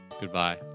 goodbye